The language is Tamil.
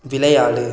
விளையாடு